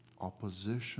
Opposition